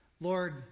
Lord